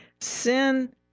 Sin